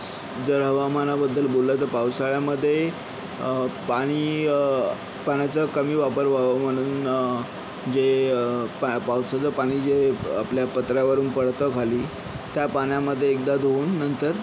जर हवामानाबद्दल बोललं तर पावसाळ्यामध्ये पाणी पाण्याचा कमी वापर व्हावा म्हणून जे पावसाचं पाणी जे आपल्या पत्र्यावरून पडतं खाली त्या पाण्यामध्ये एकदा धुवून नंतर